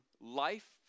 life